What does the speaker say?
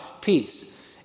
peace